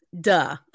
Duh